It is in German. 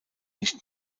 nicht